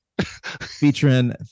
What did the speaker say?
featuring